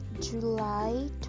july